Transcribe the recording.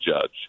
judge